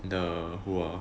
the who are